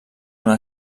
una